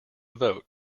vote